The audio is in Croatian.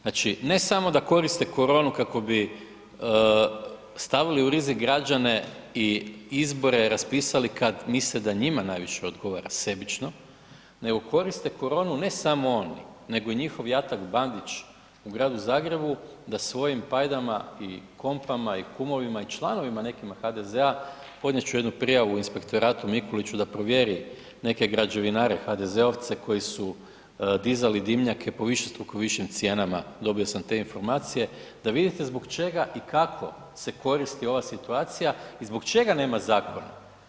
Znači ne samo da koriste koronu kako bi stavili u rizik građane i izbore raspisali kad misle da njima najviše odgovora sebično, nego koriste koronu ne samo oni nego i njihovi jatak Bandić u gradu Zagrebu da svojim pajdama i kompama i kumovima i članovima nekima HDZ-a, podnijet ču jednu prijavu u inspektoratu Mikuliću da provjeri neke građevinare HDZ-ovce koji su dizali dimnjake po višestruko višim cijenama, dobio sam te informacije, da vidite zbog čega i kako se koristi ova situacija i zbog čega nema zakona.